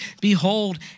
Behold